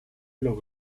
los